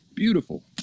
Beautiful